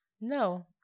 No